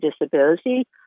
disability